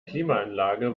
klimaanlage